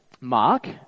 Mark